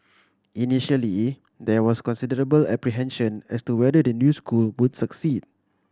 initially there was considerable apprehension as to whether the new school would succeed